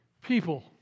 People